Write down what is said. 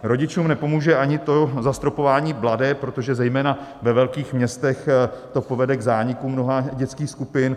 Rodičům nepomůže ani to zastropování , protože zejména ve velkých městech to povede k zániku mnoha dětských skupin.